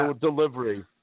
delivery